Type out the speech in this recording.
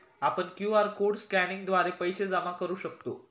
आपण QR code स्कॅनिंगद्वारे पैसे जमा करू शकतो